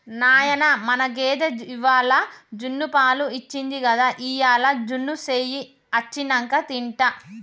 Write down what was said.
నాయనా మన గేదె ఇవ్వాల జున్నుపాలు ఇచ్చింది గదా ఇయ్యాల జున్ను సెయ్యి అచ్చినంక తింటా